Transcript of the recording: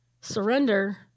surrender